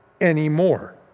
anymore